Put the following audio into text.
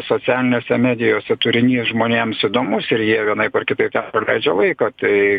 socialinėse medijose turinys žmonėms įdomus ir jie vienaip ar kitaip praleidžia laiką tai